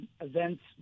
events